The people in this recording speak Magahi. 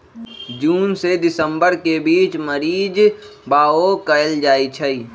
जून से दिसंबर के बीच मरीच बाओ कएल जाइछइ